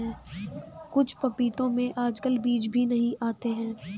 कुछ पपीतों में आजकल बीज भी नहीं आते हैं